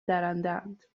درندهاند